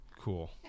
Cool